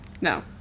No